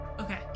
Okay